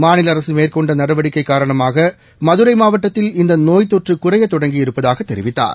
மாநில அரசு மேற்கொண்ட நடவடிக்கை காரணமாக மதுரை மாவட்டத்தில் இந்த நோய் தொற்று குறையத் தொடங்கி இருப்பதாகத் தெரிவித்தார்